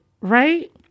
right